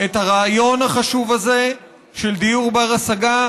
את הרעיון החשוב הזה של דיור בר-השגה,